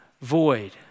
void